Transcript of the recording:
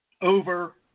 over